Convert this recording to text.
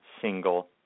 single